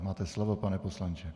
Máte slovo, pane poslanče.